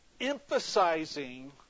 emphasizing